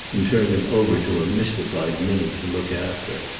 and turned him over to a mystified minnie to look after.